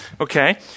Okay